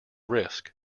risk